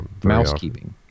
mousekeeping